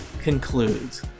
concludes